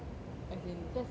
as in that's